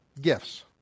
gifts